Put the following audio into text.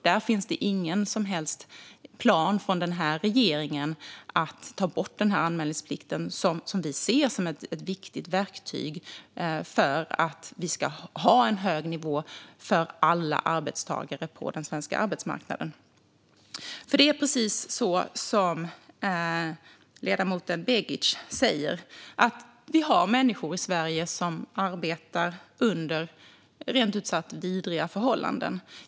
Det finns heller ingen som helst plan från denna regering att ta bort den anmälningsplikt som vi ser som ett viktigt verktyg för att vi ska ha en hög nivå för alla arbetstagare på den svenska arbetsmarknaden. Det är precis som ledamoten Begic säger, nämligen att vi har människor i Sverige som arbetar under rent ut sagt vidriga förhållanden.